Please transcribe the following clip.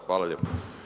Hvala lijepo.